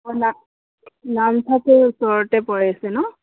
অঁ না নামফাকেৰ ওচৰতে পৰিছে ন